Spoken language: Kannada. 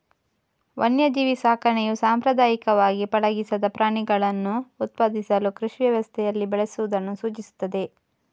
ವನ್ಯಜೀವಿ ಸಾಕಣೆಯು ಸಾಂಪ್ರದಾಯಿಕವಾಗಿ ಪಳಗಿಸದ ಪ್ರಾಣಿಗಳನ್ನು ಉತ್ಪಾದಿಸಲು ಕೃಷಿ ವ್ಯವಸ್ಥೆಯಲ್ಲಿ ಬೆಳೆಸುವುದನ್ನು ಸೂಚಿಸುತ್ತದೆ